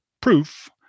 proof